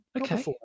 Okay